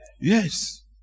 Yes